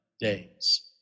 days